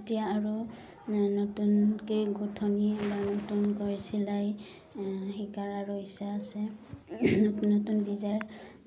এতিয়া আৰু নতুনকৈ গোঁঠনি বা নতুনকৈ চিলাই শিকাৰ আৰু ইচ্ছা আছে নতুন নতুন ডিজাই